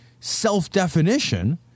self-definition